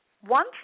one